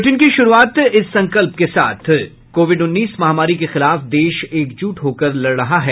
bulletin की शुरूआत इस संकल्प के साथ कोविड उन्नीस महामारी के खिलाफ देश एकजुट होकर लड़ रहा है